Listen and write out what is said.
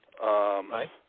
Right